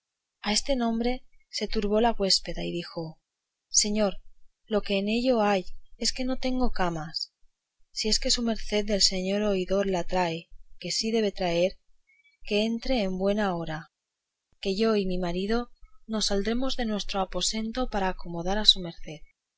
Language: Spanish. a este nombre se turbó la güéspeda y dijo señor lo que en ello hay es que no tengo camas si es que su merced del señor oidor la trae que sí debe de traer entre en buen hora que yo y mi marido nos saldremos de nuestro aposento por acomodar a su merced